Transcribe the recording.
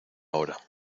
hora